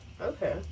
Okay